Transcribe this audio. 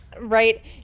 right